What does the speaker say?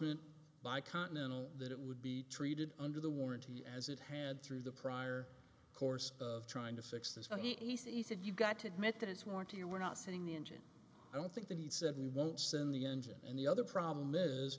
t by continental that it would be treated under the warranty as it had through the prior course of trying to fix this but he said he said you've got to admit that it's we want to you we're not setting the engine i don't think that he said we won't send the engine and the other problem is